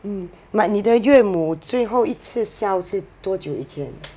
mm but 你的岳母最后一次笑是多久以前